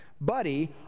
buddy